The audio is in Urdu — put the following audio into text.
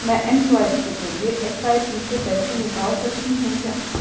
میں ایم سوائپ کے ذریعے ایس آئی پی سے پیسے نکال سکتی ہوں کیا